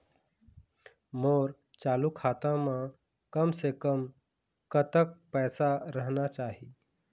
मोर चालू खाता म कम से कम कतक पैसा रहना चाही?